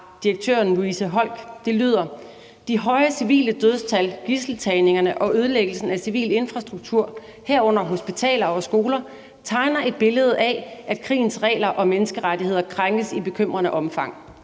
direktøren, Louise Holck, og det lyder: »De høje civile dødstal, gidseltagningen og ødelæggelsen af civil infrastruktur, herunder hospitaler og skoler, tegner et billede af, at krigens regler og menneskerettigheder krænkes i bekymrende omfang.«